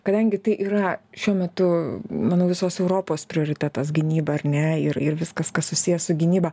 kadangi tai yra šiuo metu manau visos europos prioritetas gynyba ar ne ir ir viskas kas susiję su gynyba